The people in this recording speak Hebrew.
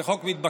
זה חוק מתבקש.